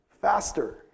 faster